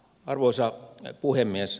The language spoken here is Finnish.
arvoisa puhemies